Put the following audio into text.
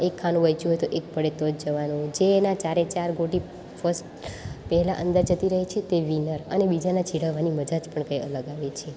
એક ખાનું બચ્યું હોય તો એક પડે તો જ જવાનું જે એના ચારે ચાર ગોટી ફસ્ટ પહેલાં અંદર જતી રહે છે તે વિનર અને બીજાને ચીડવવાની મજા જ પણ કંઈ અલગ આવે છે